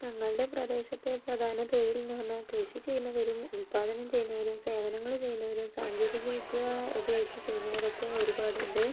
ഞങ്ങളുടെ പ്രദേശത്തെ പ്രധാന തൊഴിൽ എന്ന് പറഞ്ഞാൽ കൃഷി ചെയ്യുന്നവരും ഉൽപാദനം ചെയ്യുന്നവരും സേവനങ്ങൾ ചെയ്യുന്നവരും സാങ്കേതികവിദ്യ ഉപയോഗിച്ചു ചെയ്യുന്നവരൊക്കെ ഒരുപാടുണ്ട്